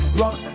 rock